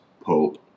Pope